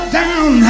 down